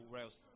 Rails